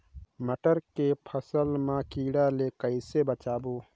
मटर के फसल मा कीड़ा ले कइसे बचाबो?